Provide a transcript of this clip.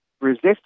resist